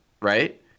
right